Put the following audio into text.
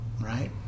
right